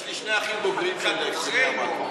יש לי שני אחים בוגרים שהם קציני ים.